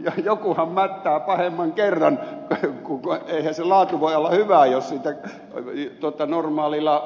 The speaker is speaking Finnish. ja jokuhan mättää pahemman kerran kun eihän se laatu voi olla hyvä jos normaalilla